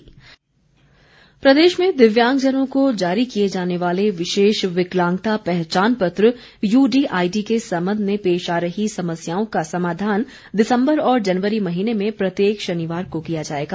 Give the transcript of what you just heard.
मुख्य सचिव प्रदेश में दिव्यांगजनों को जारी किए जाने याले विशेष विकलांगता पहचान पत्र यूडीआईडी के संबंध में पेश आ रही समस्याओं का समाधान दिसम्बर और जनवरी महीने में प्रत्येक शनिवार को किया जाएगा